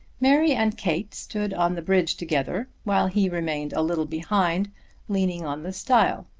mary and kate stood on the bridge together, while he remained a little behind leaning on the stile.